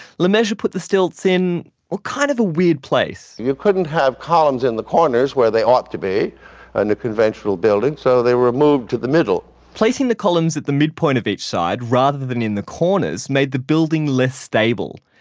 lemessurier put the stilts in ah kind of a weird place you couldn't have columns in the corners where they ought to be on a conventional building so they were moved to the middle placing the columns at the midpoint of each side rather in the corners made the building less stable.